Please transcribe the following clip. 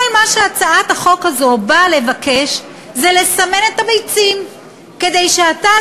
כל מה שהצעת החוק הזו באה לבקש זה לסמן את הביצים כדי שאתה,